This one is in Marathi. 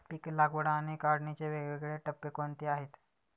पीक लागवड आणि काढणीचे वेगवेगळे टप्पे कोणते आहेत?